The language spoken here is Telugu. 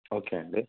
ఓకే అండీ